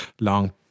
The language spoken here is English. long